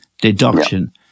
deduction